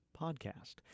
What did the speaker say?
podcast